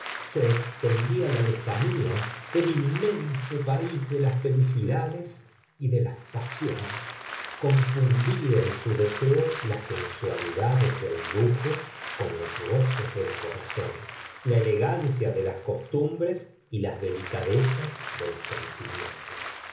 se extendía la lejanía el inmenso país de las felicidades y de las pasiones confundía en su deseo las sensualidades del lujo con los goces del corazón la elegncia de las costumbres y las delicadezas del